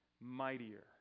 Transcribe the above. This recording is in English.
Mightier